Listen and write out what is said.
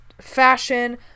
fashion